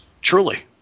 truly